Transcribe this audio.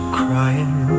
crying